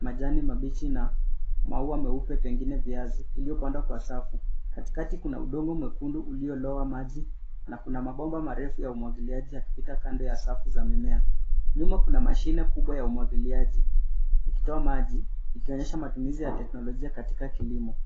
majani mabichi na maua meupe, huenda ni viazi. Eneo hilo limepangwa kwa ustadi. Katikati kuna udongo mwekundu ulio na unyevu wa maji na kuna mabomba marefu ya umwagiliaji yaliyowekwa kandokando ya mistari ya mimea. Shambani kuna mashine kubwa za umwagiliaji zinazotoa maji, zikionyesha matumizi ya teknolojia katika kilimo.